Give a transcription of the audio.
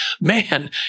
Man